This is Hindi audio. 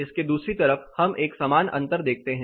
इसके दूसरी तरफ हम एक समान अंतर देखते हैं